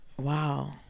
wow